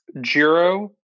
Jiro